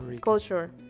culture